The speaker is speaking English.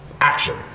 Action